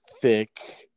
thick